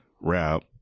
rap